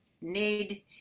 need